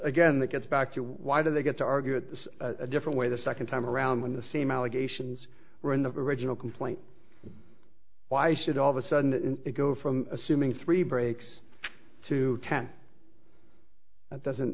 again that gets back to why did they get to argue it a different way the second time around when the same allegations were in the original complaint why should all of a sudden it go from assuming three breaks to ten that doesn't